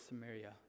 Samaria